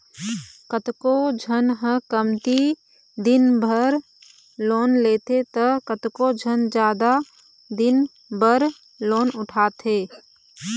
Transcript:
कतको झन ह कमती दिन बर लोन लेथे त कतको झन जादा दिन बर लोन उठाथे